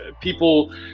people